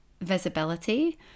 visibility